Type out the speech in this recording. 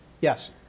Yes